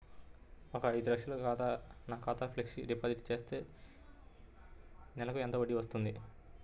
ఒక ఐదు లక్షలు నా ఖాతాలో ఫ్లెక్సీ డిపాజిట్ చేస్తే ఒక నెలకి ఎంత వడ్డీ వర్తిస్తుంది?